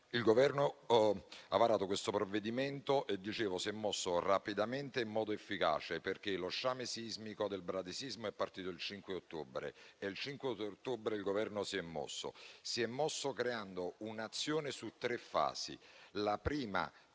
Il Governo ha varato questo provvedimento e si è mosso rapidamente in modo efficace, perché lo sciame sismico del bradisismo è iniziato il 5 ottobre e in quella data il Governo si è mosso, creando un'azione su tre fasi.